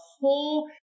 whole